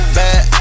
bad